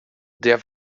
der